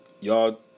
y'all